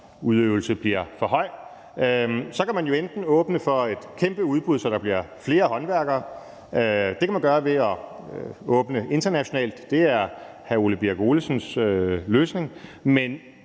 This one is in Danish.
arbejdsydelse bliver for høj, kan man f.eks. åbne for et kæmpe udbud, så der bliver flere håndværkere – det kan man gøre ved at åbne internationalt, hvilket er hr. Ole Birk Olesens løsning – men